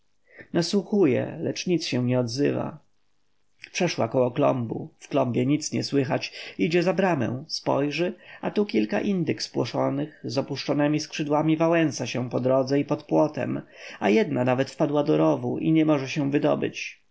nasłuchuje lecz nic się nie odzywa przeszła koło klombu w klombie nic nie słychać idzie za bramę spojrzy a tu kilka indyk spłoszonych z opuszczonemi skrzydłami wałęsa się po drodze i pod płotem a jedna nawet wpadła do rowu i nie może się wydobyć